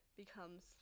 becomes